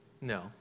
No